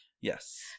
Yes